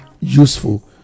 useful